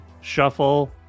shuffle